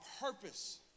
purpose